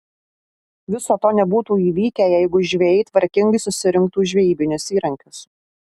viso to nebūtų įvykę jeigu žvejai tvarkingai susirinktų žvejybinius įrankius